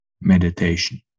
meditation